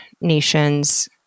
nations